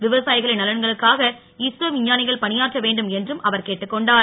விவசாயிகளின் நலன்களுக்காக இஸ்ரோ விஞ்ஞானிகள் பணியாற்ற வேண்டும் என்றும் அவர் கேட்டுக் கொண்டார்